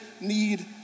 need